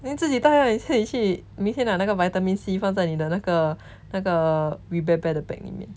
then 自己带 lah 你自己去明天拿那个 vitamin C 放在你的那个那个 we bare bear 的 bag 里面